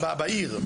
בעיר,